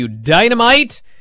Dynamite